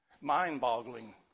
mind-boggling